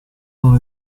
non